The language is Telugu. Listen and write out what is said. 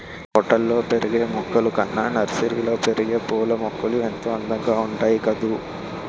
తోటల్లో పెరిగే మొక్కలు కన్నా నర్సరీలో పెరిగే పూలమొక్కలు ఎంతో అందంగా ఉంటాయి కదూ